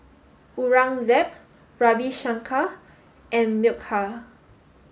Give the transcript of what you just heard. Aurangzeb Ravi Shankar and Milkha